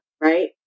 right